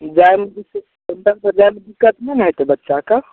जाइमे जे छै से एतऽसँ जाइमे दिक्कत नहि ने हेतय बच्चाके